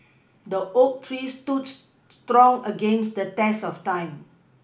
the oak tree stood strong against the test of time